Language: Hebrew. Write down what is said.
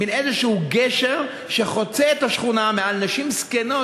מין איזשהו גשר שחוצה את השכונה מעל נשים זקנות,